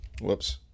whoops